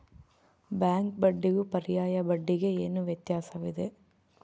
Bank ಬಡ್ಡಿಗೂ ಪರ್ಯಾಯ ಬಡ್ಡಿಗೆ ಏನು ವ್ಯತ್ಯಾಸವಿದೆ?